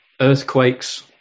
earthquakes